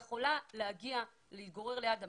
היא יכולה להתגורר ליד המשפחה.